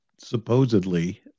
supposedly